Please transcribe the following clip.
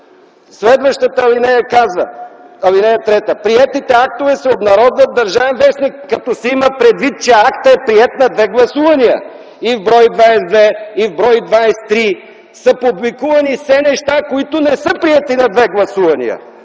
Следващата ал. 3 казва: „Приетите актове се обнародват в „Държавен вестник”. И като се има предвид, че актът е приет на две гласувания – в бр. 22 и в бр. 23 са публикувани все неща, които не са приети на две гласувания.